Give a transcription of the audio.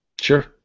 Sure